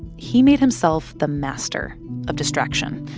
he made himself the master of distraction.